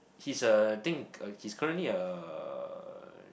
he's a think he's currently a